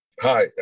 Hi